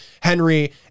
Henry